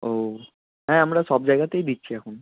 ও হ্যাঁ আমরা সব জায়গাতেই দিচ্ছি এখন